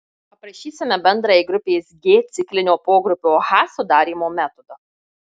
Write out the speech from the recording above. aprašysime bendrąjį grupės g ciklinio pogrupio h sudarymo metodą